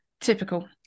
typical